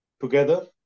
together